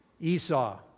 Esau